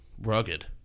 rugged